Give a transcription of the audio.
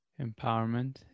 empowerment